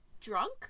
drunk